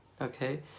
Okay